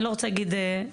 אני לא רוצה להגיד עובדים,